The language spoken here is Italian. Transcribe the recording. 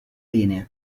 linea